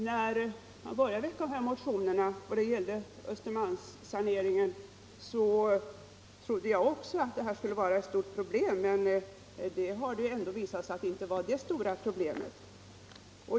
När vi började behandla motionerna och talade om Östermalmssaneringen trodde jag också att det här skulle bli ett stort problem, men det har sedan visat sig att det inte var så farligt.